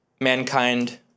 mankind